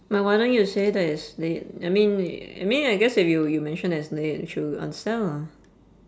well why don't you say that it's late I mean I mean I guess if you you mention that it's late she'll understand lah